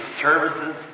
services